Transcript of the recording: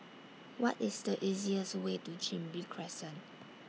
What IS The easiest Way to Chin Bee Crescent